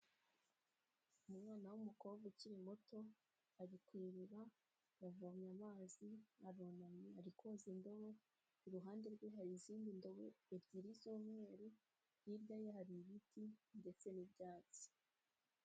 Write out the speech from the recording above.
Umwana w'umukobwa ukiri muto ari kw'iriba, yavomye amazi, arunamye ari koza indobo iruhande rwe hari izindi ndobo ebyiri z'umweru hirya ye hari ibiti ndetse n'ibyatsi.